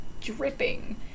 dripping